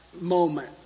moment